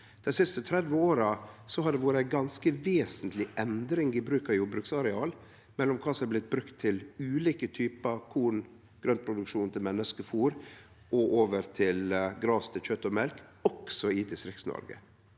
Dei siste 30 åra har det vore ei ganske vesentleg endring i bruk av jordbruksareal frå kva som er blitt brukt til ulike typar korn og grøntproduksjon til menneskefôr, og over til gras til kjøt og mjølk – også i Distrikts-Noreg.